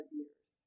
years